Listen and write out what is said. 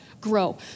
grow